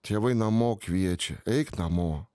tėvai namo kviečia eik namo